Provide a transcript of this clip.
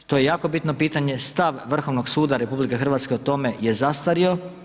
To je jako bitno pitanje, stav Vrhovnog suda RH o tome je zastario.